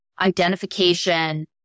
identification